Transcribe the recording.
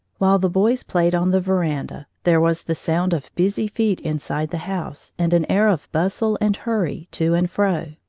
while the boys played on the veranda, there was the sound of busy feet inside the house, and an air of bustle and hurrying to and fro.